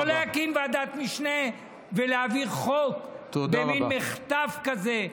לא להקים ועדת משנה ולהעביר חוק במין מחטף כזה,